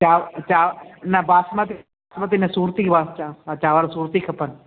चांव चांव न बासमती मती न सूरती बासमती हा चांवर सूरती खपनि